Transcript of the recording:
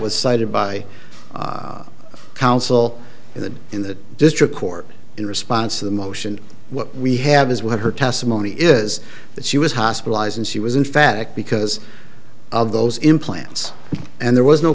was cited by counsel in the in the district court in response to the motion what we have is what her testimony is that she was hospitalized and she was in fact because of those implants and there was no